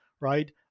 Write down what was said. right